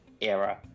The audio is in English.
era